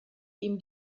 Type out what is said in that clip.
ihm